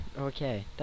okay